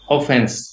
Offense